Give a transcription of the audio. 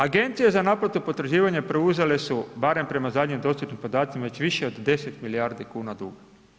Agencije za naplatu potraživanja preuzele su barem prema zadnjim dostupnim podacima već više od 10 milijardi kuna duga.